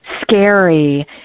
scary